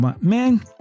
Man